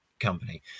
company